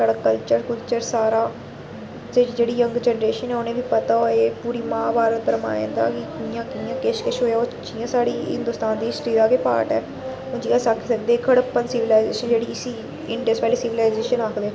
साढ़ा culture culture सारा साढ़ी जेह्ड़ी यंग जनरेशन ऐ उनेंगी पता होऐ एह् पूरी महाभारत रामायण दा कि कि'यां कि'यां कि'श किश होएआ ओह् जियां साढ़ी हिंदुस्तान दी हिस्टरी दा गै पार्ट ऐ हून जियां अस आखी सकदे इक हड़प्पन सिवलाइजेशन जेह्ड़ी इसी इंडस पैह्ले सिवलाइजेशन आखदे